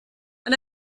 and